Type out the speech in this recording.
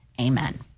amen